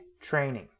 training